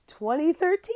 2013